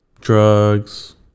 drugs